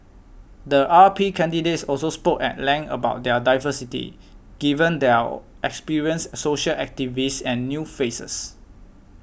the R P candidates also spoke at length about their diversity given there are experienced social activists and new faces